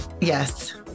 Yes